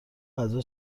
غذا